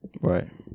Right